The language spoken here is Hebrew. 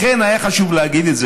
לכן היה חשוב להגיד את זה.